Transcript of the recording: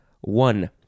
one